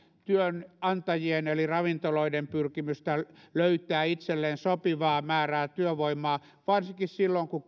työnantajien eli ravintoloiden pyrkimystä löytää itselleen sopiva määrä työvoimaa varsinkin silloin kun